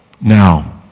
Now